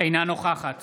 אינה נוכחת